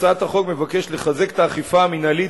הצעת החוק מבקשת לחזק את האכיפה המינהלית